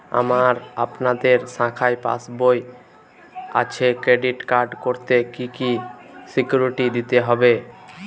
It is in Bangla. আমার আপনাদের শাখায় পাসবই আছে ক্রেডিট কার্ড করতে কি কি সিকিউরিটি দিতে হবে?